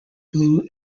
blue